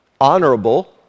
honorable